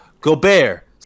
Gobert